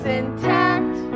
intact